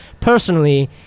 personally